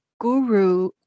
guru